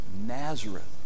Nazareth